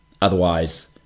Otherwise